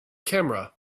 camera